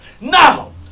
Now